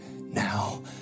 now